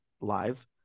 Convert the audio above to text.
live